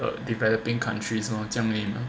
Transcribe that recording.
for developing countries lor 这样而已 mah